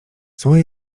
zły